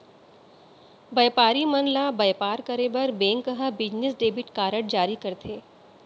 बयपारी मन ल बयपार करे बर बेंक ह बिजनेस डेबिट कारड जारी करथे